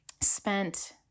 Spent